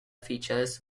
features